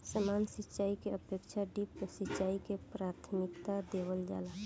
सामान्य सिंचाई के अपेक्षा ड्रिप सिंचाई के प्राथमिकता देवल जाला